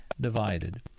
divided